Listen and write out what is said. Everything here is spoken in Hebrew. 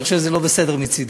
אני חושב שזה לא בסדר מצדי.